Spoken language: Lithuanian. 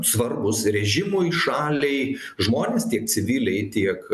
svarbūs režimui šaliai žmonės tiek civiliai tiek